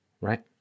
Right